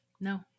No